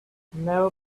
never